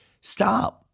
stop